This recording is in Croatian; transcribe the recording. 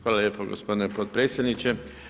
Hvala lijepo gospodine potpredsjedniče.